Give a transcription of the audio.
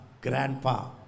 grandpa